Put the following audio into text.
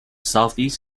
southeast